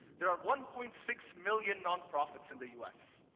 there are one point six million nonprofits in the us.